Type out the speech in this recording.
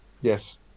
Yes